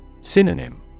Synonym